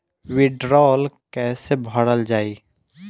वीडरौल कैसे भरल जाइ?